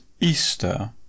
Easter